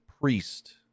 Priest